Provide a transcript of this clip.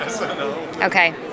Okay